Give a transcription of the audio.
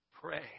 pray